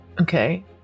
Okay